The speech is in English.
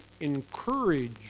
encourage